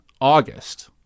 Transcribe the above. August